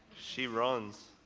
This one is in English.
she runs.